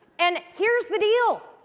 and here's the deal.